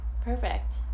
perfect